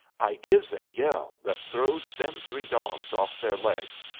i gives a yell that throws them three dogs off their legs.